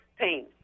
pain